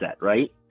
right